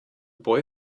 boy